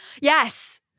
yes